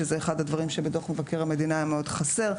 שזה אחד הדברים שבדוח מבקר המדינה היה מאוד חסר,